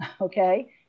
Okay